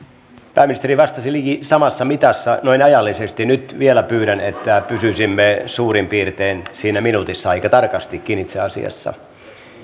pääministeri vastasi liki samassa mitassa noin ajallisesti nyt vielä pyydän että pysyisimme suurin piirtein siinä minuutissa aika tarkastikin itse asiassa